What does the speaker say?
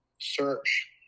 search